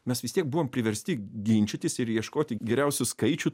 mes vis tiek buvom priversti ginčytis ir ieškoti geriausių skaičių